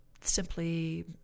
simply